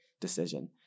decision